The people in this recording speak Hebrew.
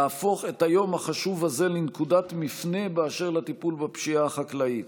להפוך את היום החשוב הזה לנקודת מפנה בטיפול בפשיעה החקלאית